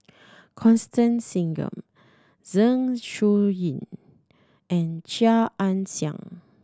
Constance Singam Zeng Shouyin and Chia Ann Siang